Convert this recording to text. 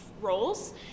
roles